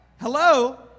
Hello